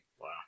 Wow